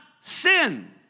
sin